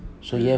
mm